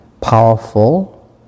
powerful